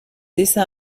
dessin